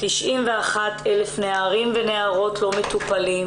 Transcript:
91,000 נערים ונערות לא מטופלים,